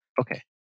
Okay